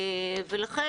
ולכן,